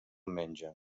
menja